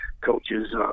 coaches